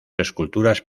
esculturas